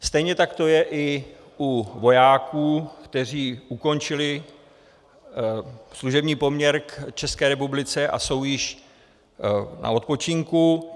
Stejně tak to je i u vojáků, kteří ukončili služební poměr k České republice a jsou již na odpočinku.